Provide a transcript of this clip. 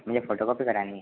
मुझे फोटोकॉपी करानी है